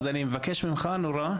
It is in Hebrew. אז אני מבקש ממך מאוד,